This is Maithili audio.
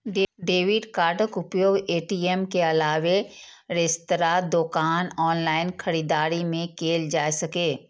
डेबिट कार्डक उपयोग ए.टी.एम के अलावे रेस्तरां, दोकान, ऑनलाइन खरीदारी मे कैल जा सकैए